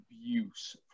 abuse